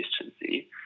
consistency